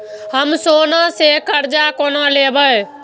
हम सोना से कर्जा केना लैब?